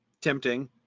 tempting